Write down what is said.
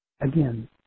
Again